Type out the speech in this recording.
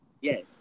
Yes